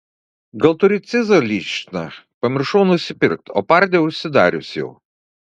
gal turi cizą lyčną pamiršau nusipirkt o pardė užsidarius jau